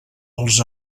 als